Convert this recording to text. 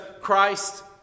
Christ